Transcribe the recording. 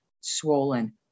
swollen